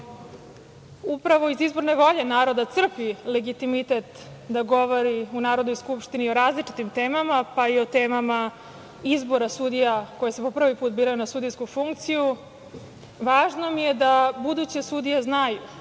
upravo iz izborne volje naroda crpi legitimitet da govori u Narodnoj skupštini o različitim temama, pa i o temama izbora sudija koje se po prvi put biraju na sudijsku funkciju, važno mi je da buduće sudije znaju